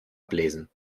ablesen